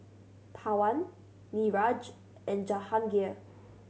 Pawan Niraj and Jahangir